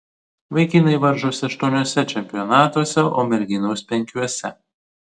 vaikinai varžosi aštuoniuose čempionatuose o merginos penkiuose